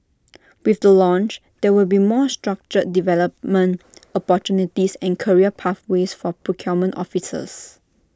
with the launch there will be more structured development opportunities and career pathways for procurement officers